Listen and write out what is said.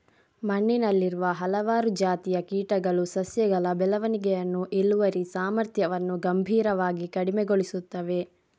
ಮಣ್ಣಿನಲ್ಲಿರುವ ಹಲವಾರು ಜಾತಿಯ ಕೀಟಗಳು ಸಸ್ಯಗಳ ಬೆಳವಣಿಗೆಯನ್ನು, ಇಳುವರಿ ಸಾಮರ್ಥ್ಯವನ್ನು ಗಂಭೀರವಾಗಿ ಕಡಿಮೆಗೊಳಿಸುತ್ತವೆ